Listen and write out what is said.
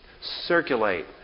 circulate